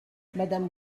madame